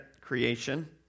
creation